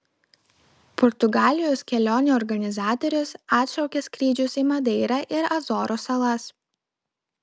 portugalijos kelionių organizatorius atšaukia skrydžius į madeirą ir azorų salas